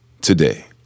Today